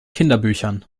kinderbüchern